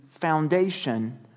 foundation